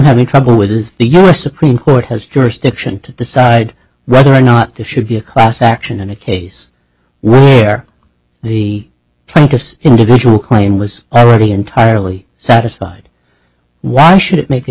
having trouble with is the u s supreme court has jurisdiction to decide whether or not there should be a class action in a case where the plaintiffs individual claim was already entirely satisfied why should it make a